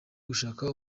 gushaka